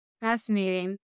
Fascinating